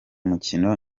mukino